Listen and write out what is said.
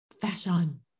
fashion